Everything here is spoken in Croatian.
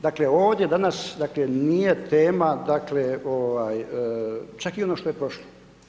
Dakle, ovdje danas dakle nije tema, dakle ovaj čak i ono što je prošlo.